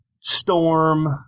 storm